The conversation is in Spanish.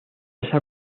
esa